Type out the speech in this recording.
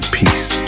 peace